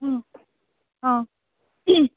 অ'